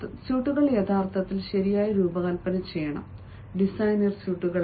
സ്യൂട്ടുകൾ യഥാർത്ഥത്തിൽ ശരിയായി രൂപകൽപ്പന ചെയ്യണം ഡിസൈനർ സ്യൂട്ടുകളല്ല